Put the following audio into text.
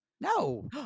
No